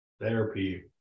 therapy